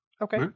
okay